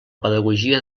pedagogia